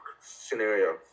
scenario